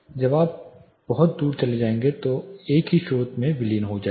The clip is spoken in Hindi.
जवाब बहुत दूर चले जाएंगे तो यह एक ही स्रोत में विलीन हो जाएगा